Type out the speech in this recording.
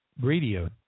radio